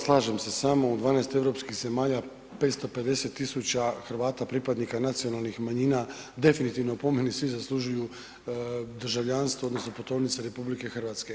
Slažem se s vama u 12 europskih zemalja 550.000 Hrvata pripadnika nacionalnih manjina definitivno po meni svi zaslužuju državljanstvo odnosno putovnice RH.